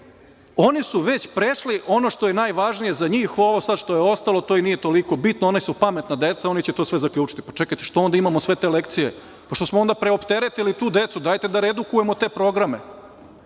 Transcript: oni su već prešli ono što je najvažnije za njih, ovo sad što je ostalo, to i nije toliko bitno, oni su pametna deca, oni će to sve zaključiti. Pa čekajte – što onda imamo sve te lekcije? Što smo onda preopteretili tu decu? Dajte da redukujemo te programe.